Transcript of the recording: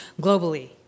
globally